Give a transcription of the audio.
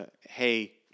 hey